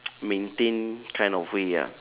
maintain kind of way ah